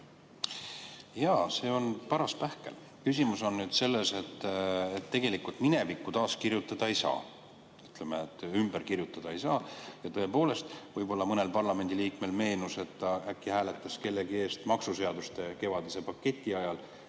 Jaa, see on paras pähkel. Küsimus on selles, et tegelikult minevikku taaskirjutada ei saa, ümber kirjutada ei saa. Tõepoolest, võib-olla mõnele parlamendiliikmele meenus, et ta äkki hääletas kellegi eest maksuseaduste kevadise paketi ajal,